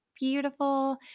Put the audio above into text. beautiful